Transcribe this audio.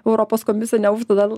europos komisija neuždeda